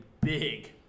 big